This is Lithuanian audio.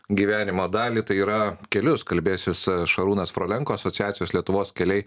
gyvenimo dalį tai yra kelius kalbėsis šarūnas frolenko asociacijos lietuvos keliai